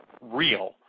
real